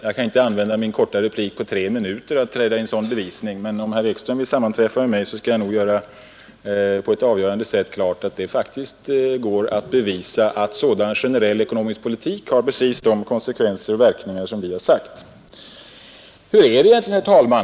Jag kan inte under min korta replik på tre minuter träda i bevisning härom, men om herr Ekström vill sammanträffa med mig senare, skall jag nog på ett avgörande sätt bevisa att det faktiskt är så att en sådan generell ekonomisk politik som vi förordat har precis de verkningar som vi har angivit. Hur är det egentligen, herr talman?